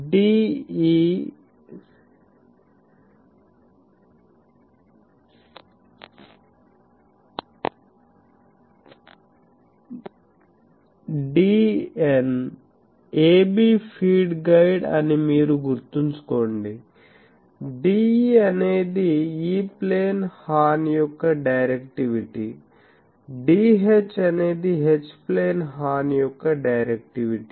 ab feed guide అని మీరు గుర్తుంచుకోండి DE అనేది E ప్లేన్ హార్న్ యొక్క డైరెక్టివిటీ DH అనేది H ప్లేన్ హార్న్ యొక్క డైరెక్టివిటీ